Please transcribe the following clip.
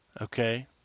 okay